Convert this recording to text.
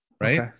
right